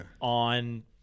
on